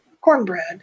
cornbread